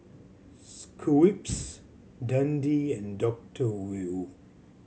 Schweppes Dundee and Doctor Wu